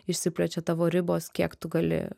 išsiplečia tavo ribos kiek tu gali